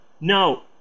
no